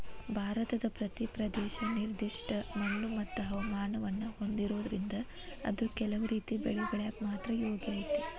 ಭಾರತದ ಪ್ರತಿ ಪ್ರದೇಶ ನಿರ್ದಿಷ್ಟ ಮಣ್ಣುಮತ್ತು ಹವಾಮಾನವನ್ನ ಹೊಂದಿರೋದ್ರಿಂದ ಅದು ಕೆಲವು ರೇತಿ ಬೆಳಿ ಬೆಳ್ಯಾಕ ಮಾತ್ರ ಯೋಗ್ಯ ಐತಿ